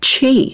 Chi